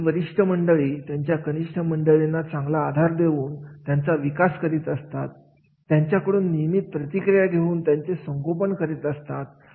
काही वरिष्ठ मंडळी त्यांच्या कनिष्ठ मंडळींना चांगला आधार देऊन त्यांचा विकास करीत असतात त्यांच्याकडून नियमित प्रतिक्रिया घेऊन त्यांचे संगोपन करीत असतात